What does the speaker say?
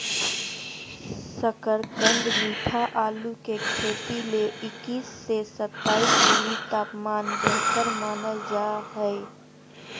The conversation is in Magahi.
शकरकंद मीठा आलू के खेती ले इक्कीस से सत्ताईस डिग्री तापमान बेहतर मानल जा हय